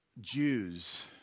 Jews